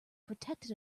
protected